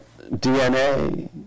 DNA